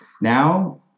Now